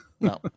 No